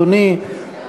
אדוני,